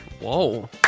Whoa